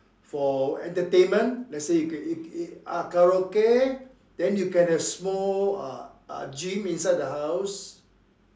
for entertainment let's say ah karaoke then you can have small uh gym inside the house